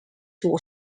two